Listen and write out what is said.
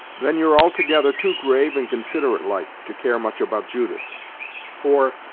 then you're altogether too grave and considerate-like, to care much about judith for,